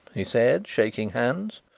he said, shaking hands.